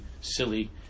silly